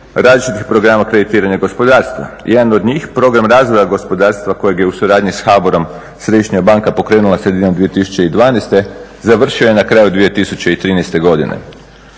različitih programa kreditiranja gospodarstva. Jedan od njih program razvoja gospodarstva kojeg u suradnji sa HBOR-om Središnja banka pokrenula sredinom 2012.završio je na kraju 2013.godine.